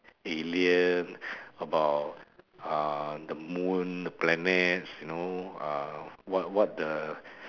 alien about uh the moon the planets you know uh what what the